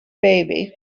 baby